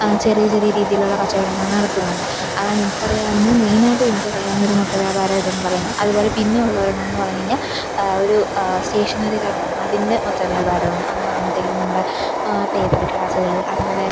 ആ ചെറിയ ചെറിയ രീതിയിലുള്ള കച്ചവടങ്ങൾ നടത്തുന്നുണ്ട് അതാണെനിക്കറിയാവുന്ന മെയിനായിട്ടും എനിക്കറിയാവുന്നൊരു മൊത്ത വ്യാപാര ഇതെന്ന് പറയുന്നത് അതുപോലെ പിന്നെ ഉള്ളൊരെണ്ണമെന്ന് പറഞ്ഞ് കഴിഞ്ഞാൽ ഒരു സ്റ്റേഷനറി കടയാണ് അതിൻ്റെ മൊത്തവ്യാപാരവാണ് അതെന്നു പറയുമ്പോഴത്തേക്കിലും നമ്മുടെ പേപ്പർ ഗ്ലാസുകൾ അതുപോലെ